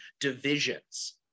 divisions